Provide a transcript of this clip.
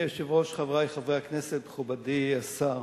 אדוני היושב-ראש, חברי חברי הכנסת, מכובדי השר,